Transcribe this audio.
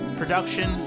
production